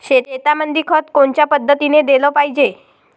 शेतीमंदी खत कोनच्या पद्धतीने देलं पाहिजे?